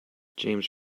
james